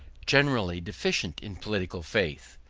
generally deficient in political faith.